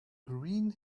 green